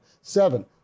seven